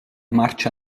marcia